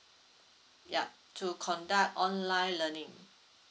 yup to conduct online learning